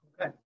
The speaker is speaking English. Okay